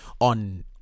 on